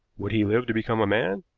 would he live to become a man?